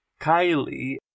Kylie